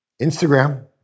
Instagram